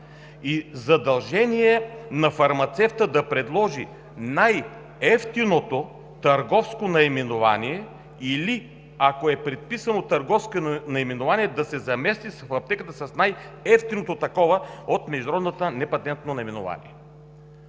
и задължение фармацевтът да предложи най-евтиното търговско наименование или ако е предписано търговско наименование да се замести в аптеката с най-евтиното от международното непатентно наименование“.